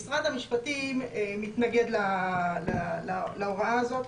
משרד המשפטים מתנגד להוראה הזאת.